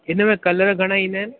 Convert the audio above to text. हिन में कलर घणा ईंदा आहिनि